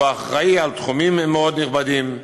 והוא אחראי על תחומים מאוד נכבדים.